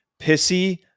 pissy